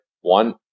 one